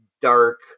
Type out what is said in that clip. dark